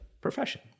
Profession